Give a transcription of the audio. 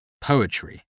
Poetry